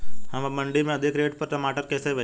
हम मंडी में अधिक रेट पर टमाटर कैसे बेचें?